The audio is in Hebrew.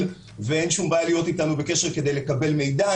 ואין שום בעיה להיות אתנו בקשר כדי לקבל מידע.